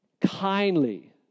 kindly